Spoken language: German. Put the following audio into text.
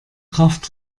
kraft